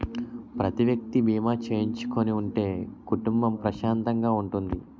ప్రతి వ్యక్తి బీమా చేయించుకుని ఉంటే కుటుంబం ప్రశాంతంగా ఉంటుంది